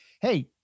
Hey